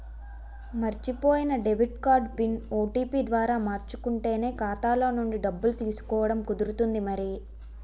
మర్చిపోయిన debit card PIN, OTP ద్వారా మార్చుకుంటేనే ఖాతాలో నుండి డబ్బులు తీసుకోవడం కుదురుతుంది మరి